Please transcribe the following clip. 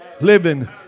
Living